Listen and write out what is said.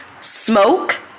smoke